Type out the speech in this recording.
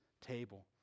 table